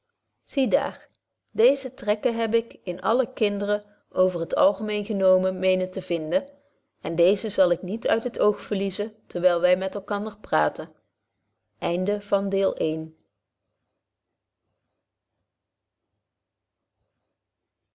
zie daar deeze trekken heb ik in alle kinderen over het algemeen genomen menen te vinden en deeze zal ik niet uit het oog verliezen terwyl wy met elkander praten